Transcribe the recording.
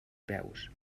peus